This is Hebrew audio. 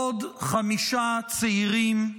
עוד חמישה צעירים,